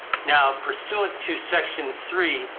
now, pursuit to section three,